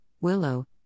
Willow